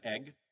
egg